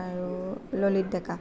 আৰু ললিত ডেকা